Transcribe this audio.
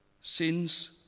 Sins